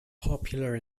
popular